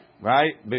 Right